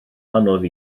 anodd